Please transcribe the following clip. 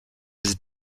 his